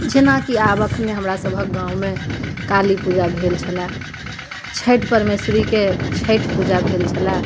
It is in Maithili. जेनाकि आब एखने हमरा सभक गाँवमे काली पूजा भेल छलै छठि परमेश्वरीके छठि पूजा भेल छलै